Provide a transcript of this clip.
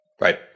Right